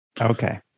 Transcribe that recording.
Okay